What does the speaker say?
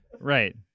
Right